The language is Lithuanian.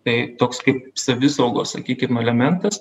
tai toks kaip savisaugos sakykim elementas